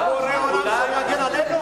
בורא עולם שיגן עלינו?